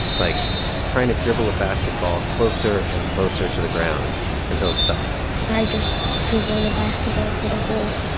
like trying to dribble a basketball closer and closer to the ground until it stopped and i'd just dribble the basketball for the whole.